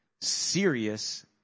serious